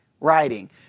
writing